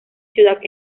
ciudad